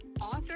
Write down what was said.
Author